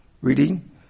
Reading